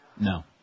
No